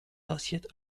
assiettes